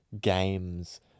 games